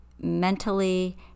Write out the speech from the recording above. mentally